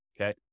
okay